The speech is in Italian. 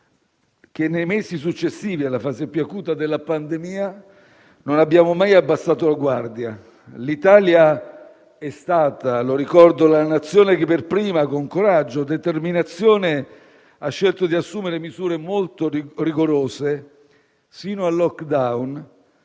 che nei mesi successivi alla fase più acuta della pandemia non abbiamo mai abbassato la guardia; l'Italia è stata - lo ricordo - la Nazione che per prima, con coraggio e determinazione, ha scelto di assumere misure molto rigorose, fino al *lockdown*,